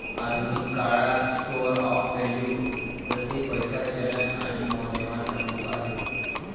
आधुनिक काळात store of value जसे पैसा, चलन आणि मौल्यवान धातू आहे